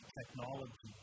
technology